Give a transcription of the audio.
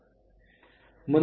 ಇದು ಮೊದಲ ವರ್ಷದ ಮಟ್ಟಕ್ಕೆ